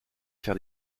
faire